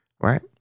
Right